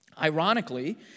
Ironically